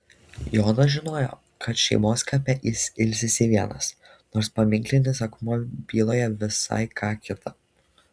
jonas žinojo kad šeimos kape jis ilsisi vienas nors paminklinis akmuo byloja visai ką kita